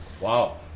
wow